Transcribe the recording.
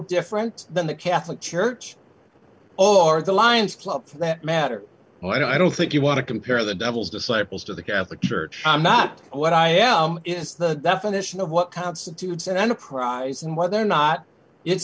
different than the catholic church or the lions club for that matter but i don't think you want to compare the devil's disciples to the catholic church i'm not what i am it's the definition of what constitutes an enterprise and what they're not it's